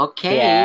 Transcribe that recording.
Okay